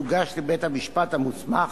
תוגש לבית-המשפט המוסמך